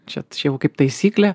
čia čia jau kaip taisyklė